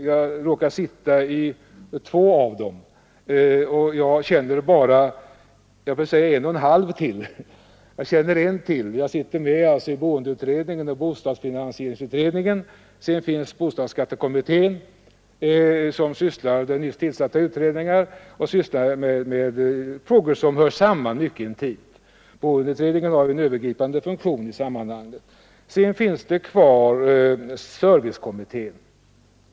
Jag råkar sitta i två sådana utredningar, och jag får säga att jag känner bara till ytterligare en och en halv. Jag sitter med i boendeutredningen och bostadsfinansieringsutredningen. Sedan finns bostadsskattekommittén som sysslar med frågor som intimt hör samman med de andra utredningarnas ämnesområden — det är nyss tillsatta utredningar. Boendeutredningen har ju en övergripande funktion i sammanhanget. Vidare finns servicekommittén.